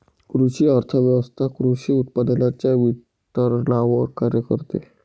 कृषी अर्थव्यवस्वथा कृषी उत्पादनांच्या वितरणावर कार्य करते